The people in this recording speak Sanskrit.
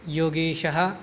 योगेशः